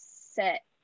set